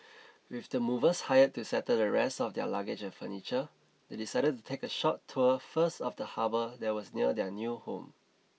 with the movers hired to settle the rest of their luggage and furniture they decided to take a short tour first of the harbour that was near their new home